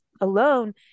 alone